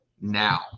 now